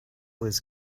was